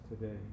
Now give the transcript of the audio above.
today